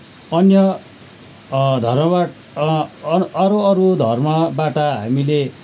अन्य धर्मबाट अँ अरू अरू धर्मबाट हामीले